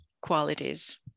qualities